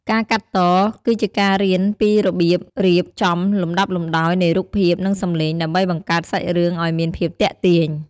ការកាត់ត គឺជាការរៀនពីរបៀបរៀបចំលំដាប់លំដោយនៃរូបភាព និងសំឡេង ដើម្បីបង្កើតសាច់រឿងឱ្យមានភាពទាក់ទាញ។